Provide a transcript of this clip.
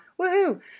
Woohoo